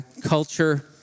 culture